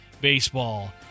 baseball